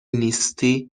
نیستی